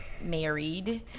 Married